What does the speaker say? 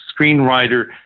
screenwriter